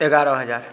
एगारह हजार